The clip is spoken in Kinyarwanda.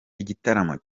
igitaramo